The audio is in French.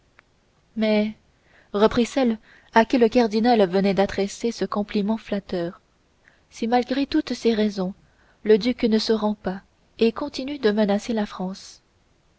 mais reprit celle à qui le cardinal venait d'adresser ce compliment flatteur si malgré toutes ces raisons le duc ne se rend pas et continue de menacer la france